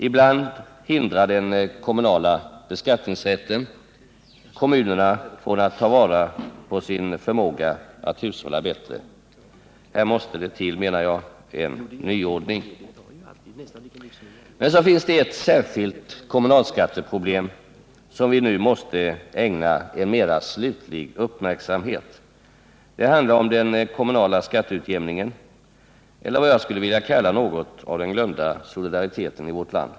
Ibland hindrar den kommunala beskattningsrätten kommunerna från att ta vara på sin förmåga att hushålla bättre. Här måste det till, menar jag, en nyordning. Men så finns det ett särskilt kommunalskatteproblem som vi nu måste ägna en mera slutlig uppmärksamhet. Det handlar om den kommunala skatteutjämningen eller vad jag skulle vilja kalla något av den glömda solidariteten i vårt land.